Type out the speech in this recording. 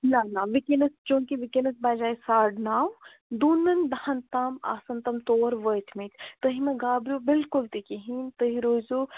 نَہ نَہ وٕکٮ۪نَس چوٗنٛکہِ وٕکٮ۪نَس بَجے ساڑٕ نَودوٗنَن دَہَن تام آسَن تِم تور وٲتۍمٕتۍ تُہۍ مہٕ گابرِو بِلکُل تہِ کِہیٖنۍ تُہۍ روٗزیوٗ